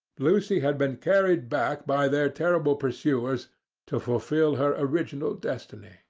lucy had been carried back by their terrible pursuers to fulfil her original destiny,